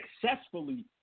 successfully